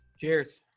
cheers!